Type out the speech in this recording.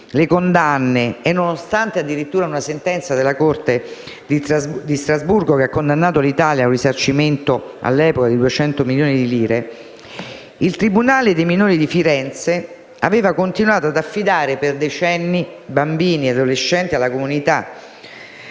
le condanne e nonostante, addirittura, una sentenza della Corte di Strasburgo, che ha condannato l'Italia a un risarcimento, all'epoca, di 200 milioni di lire, il tribunale dei minori di Firenze ha continuato per decenni ad affidare bambini e adolescenti alla comunità,